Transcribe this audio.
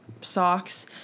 socks